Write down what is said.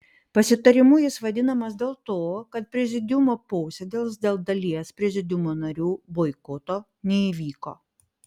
pasitarimu jis vadinamas dėl to kad prezidiumo posėdis dėl dalies prezidiumo narių boikoto neįvyko